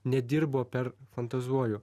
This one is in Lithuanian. nedirbo per fantazuoju